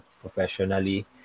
professionally